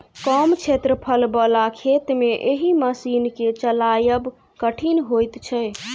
कम क्षेत्रफल बला खेत मे एहि मशीन के चलायब कठिन होइत छै